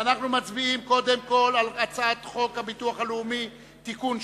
קודם כול אנחנו מצביעים על הצעת חוק הביטוח הלאומי (תיקון,